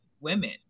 women